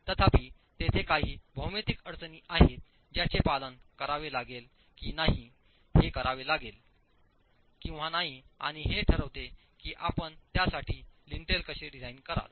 तथापि तेथे काही भौमितिक अडचणी आहेत ज्याचेपालन करावेलागेलकी नाही हे करावे लागेल किंवा नाही आणि हे ठरवते की आपण त्यासाठी लिंटल कसे डिझाइन कराल